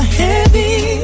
heavy